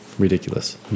Ridiculous